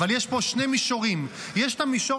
אבל יש פה שני מישורים: יש את המישור